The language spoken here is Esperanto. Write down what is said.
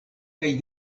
kaj